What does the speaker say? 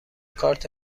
کارت